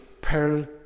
pearl